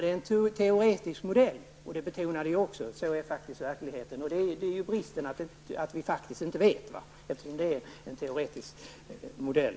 Det är en teoretisk modell, och det betonar vi också. Så ser faktiskt verkligheten ut. Bristen är att vi faktiskt inte vet, eftersom vi bara har en teoretisk modell.